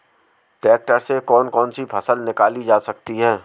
Tractor से कौन कौनसी फसल निकाली जा सकती हैं?